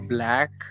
Black